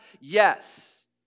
yes